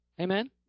Amen